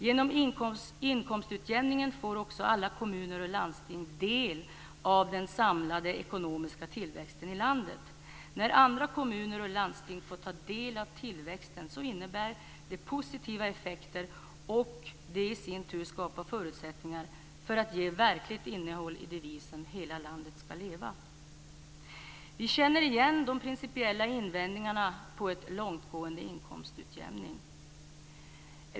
Genom inkomstutjämningen får alla kommuner och landsting del av den samlade ekonomiska tillväxten i landet. När andra kommuner och landsting får ta del av tillväxten uppstår positiva effekter, och detta skapar i sin tur förutsättningar för ett verkligt innehåll i devisen "hela landet skall leva". Vi känner igen de principiella invändningarna mot en långtgående inkomstutjämning.